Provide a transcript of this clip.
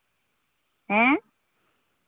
ᱦᱮᱸ